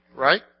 right